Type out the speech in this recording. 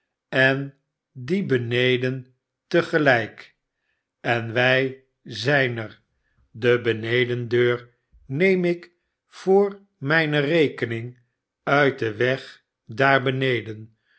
en die beneden te gelijk en wij zijn er de benedendeur neem ik voor mijne rekening uit den weg daar beneden